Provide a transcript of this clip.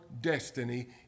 destiny